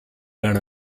learn